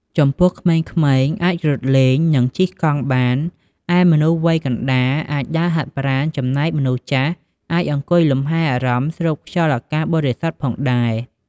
ចំពោះក្មេងៗអាចរត់លេង និងជិះកង់បាន ឯមនុស្សវ័យកណ្ដាលអាចដើរហាត់ប្រាណ ចំណែកមនុស្សចាស់អាចអង្គុយលំហែអារម្មណ៍ ស្រូបខ្យល់អាកាសបរិសុទ្ធផងដែរ។